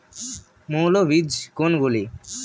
মৌল বীজ কোনগুলি?